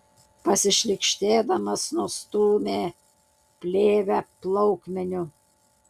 pasišlykštėdamas nustūmė plėvę plaukmeniu